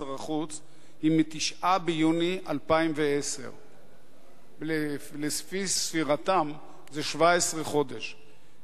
שר החוץ היא מ-9 ביוני 2010. לפי ספירתם זה 17 חודשים.